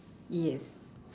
yes